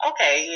Okay